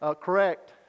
correct